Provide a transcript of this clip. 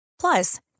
Plus